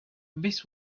this